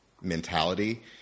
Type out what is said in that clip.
mentality